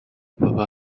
purple